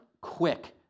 quick